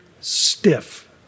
stiff